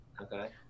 Okay